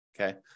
Okay